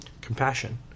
compassion